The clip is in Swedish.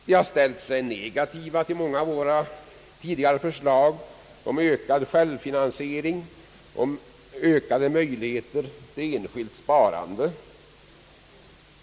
De har ställt sig negativa till många av våra tidigare förslag om ökad självfinansiering och ökade möjligheter till enskilt sparande.